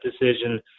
decision